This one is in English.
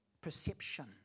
perception